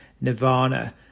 Nirvana